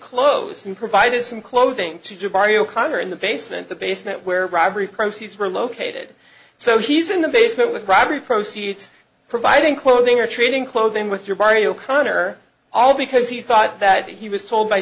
clothes and provided some clothing to do barrio conner in the basement the basement where bribery proceeds were located so he's in the basement with robbery proceeds providing clothing or training clothing with your party o'connor all because he thought that he was told by